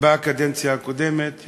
בקדנציה הקודמת.